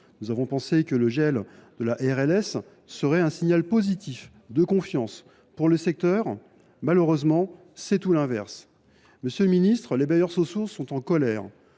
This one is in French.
réduction de loyer de solidarité (RLS) serait un signal positif de confiance pour le secteur. Malheureusement, c’est tout l’inverse. Monsieur le ministre, les bailleurs sociaux sont en colère,